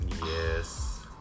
Yes